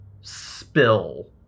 spill